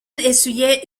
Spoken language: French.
essuyait